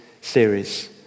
series